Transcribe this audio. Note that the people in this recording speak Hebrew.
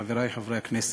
חברי חברי הכנסת,